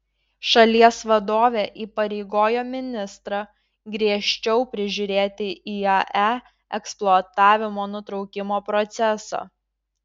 šalies vadovė įpareigojo ministrą griežčiau prižiūrėti iae eksploatavimo nutraukimo procesą